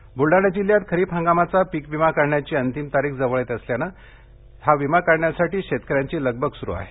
पीक विमाः ब्लडाणा जिल्ह्यात खरीप हंगामाचा पीक विमा काढण्याची अंतिम तारीख जवळ येत असल्यानं पीक विमा काढण्यासाठी शेतकऱ्यांची लगबग स्रू आहे